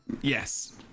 Yes